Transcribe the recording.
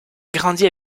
grandit